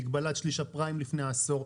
מגבלת שליש הפריים לפני עשור,